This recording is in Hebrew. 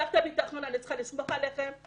מערכת הביטחון, אני צריכה לסמוך עליהם.